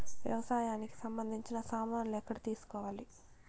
వ్యవసాయానికి సంబంధించిన సామాన్లు ఎక్కడ తీసుకోవాలి?